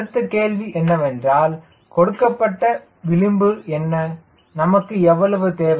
அடுத்த கேள்வி என்னவென்றால் தொடக்க விளிம்பு என்ன நமக்கு எவ்வளவு தேவை